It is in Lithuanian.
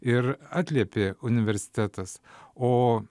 ir atliepė universitetas o